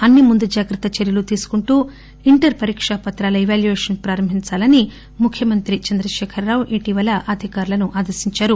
అన్ని ముందు జాగ్రత్త చర్యలు తీసుకుంటూ ఇంటర్ పరీకొ పత్రాల ఇవాల్యుయేషన్ ప్రారంభించాలని ముఖ్యమంత్రి చంద్రశేఖరరావు ఇటీవల అధికారులను ఆదేశించారు